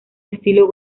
estilo